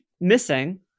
missing